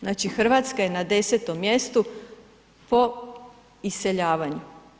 Znači Hrvatska je na 10. mjestu po iseljavanju.